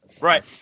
Right